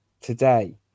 today